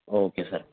okay sir